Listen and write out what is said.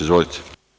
Izvolite.